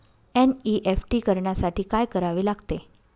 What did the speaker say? NEFT करण्यासाठी काय करावे लागते?